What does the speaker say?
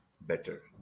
better